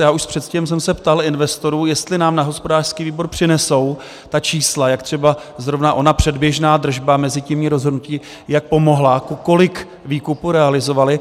Já už předtím jsem se ptal investorů, jestli nám na hospodářský výbor přinesou ta čísla, jak třeba zrovna ona předběžná držba, mezitímní rozhodnutí, jak pomohla, kolik výkupů realizovali.